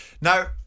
Now